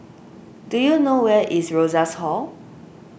do you know where is Rosas Hall